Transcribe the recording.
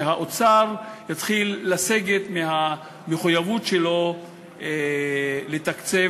שהאוצר יתחיל לסגת מהמחויבות שלו לתקצב